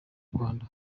rwanda